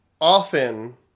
often